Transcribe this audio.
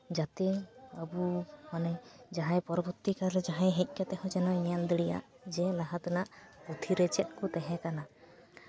ᱡᱟᱛᱮ ᱟᱵᱚ ᱢᱟᱱᱮ ᱯᱚᱨᱚᱵᱚᱨᱛᱤᱠᱟᱞᱨᱮ ᱡᱟᱦᱟᱸᱭᱮ ᱦᱮᱡ ᱠᱟᱛᱮ ᱦᱚᱸ ᱡᱮᱱᱚᱭ ᱧᱮᱞ ᱫᱟᱲᱮᱭᱟᱜ ᱡᱮ ᱞᱟᱦᱟ ᱛᱮᱱᱟᱜ ᱯᱩᱛᱷᱤ ᱨᱮ ᱪᱮᱫ ᱠᱚ ᱛᱟᱦᱮᱸ ᱠᱟᱱᱟ